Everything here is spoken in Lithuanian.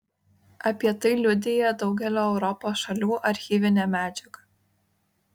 apie tai liudija daugelio europos šalių archyvinė medžiaga